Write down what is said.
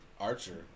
Archer